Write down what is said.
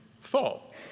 fall